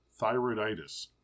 thyroiditis